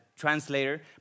translator